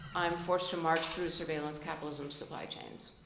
i'm forced to march through surveillance capitalism supply chains.